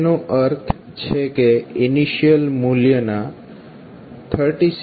તેનો અર્થ છે કે ઇનિશિયલ મૂલ્યના 36